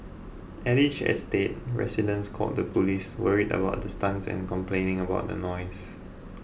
at each estate residents called the police worried about the stunts and complaining about the noise